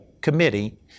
committee